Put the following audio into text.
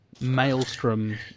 maelstrom